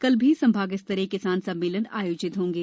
कल भी संभाग स्तरीय किसान सम्मेलन आयोजित होंगे